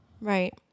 Right